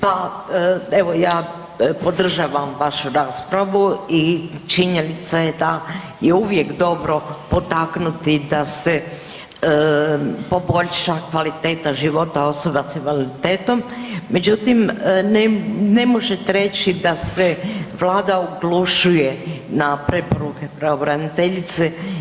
Pa evo ja podržavam vašu raspravu i činjenica je da je uvijek dobro potaknuti da se poboljša kvaliteta života osoba s invaliditetom, međutim ne možete reći da se Vlada oglušuje na preporuke pravobraniteljice.